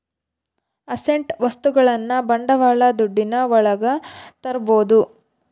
asset ವಸ್ತುಗಳನ್ನ ಬಂಡವಾಳ ದುಡ್ಡಿನ ಒಳಗ ತರ್ಬೋದು